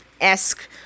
esque